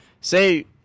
say